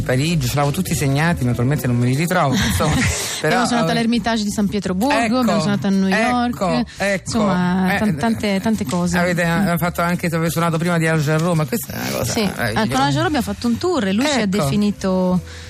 Parigi, ce l'avevo tutti segnati, naturalmente non me li ritrovo, insomma. Però, Abbiamo suonato eh, all'Ermitage di San Pietroburgo, abbiamo ecco, suonato a New York, ecco, ecco. insomma, Eh, tan- tante- tante cose. avete, eh, Mm. fatto anche- avete suonato prima di Al Jarreau, ma questa è una cosa, Sì, eh, eh, meravigliosa. con Al Jarreau abbiamo fatto un tour e lui ci ha Ecco. definito